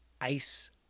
ice